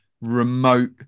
remote